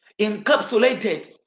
Encapsulated